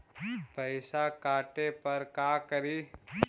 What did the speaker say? पैसा काटे पर का करि?